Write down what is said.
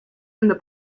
and